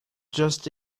just